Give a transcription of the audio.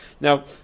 Now